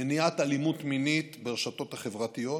מניעת אלימות מינית ברשתות החברתיות,